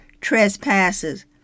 trespasses